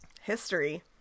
history